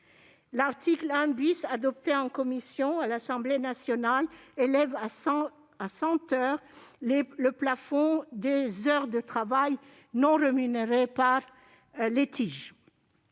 L'article 1 , adopté en commission à l'Assemblée nationale, élève à cent heures le plafond des heures de travail non rémunéré pour les TIG.